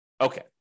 Okay